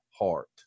heart